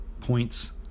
points